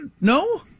No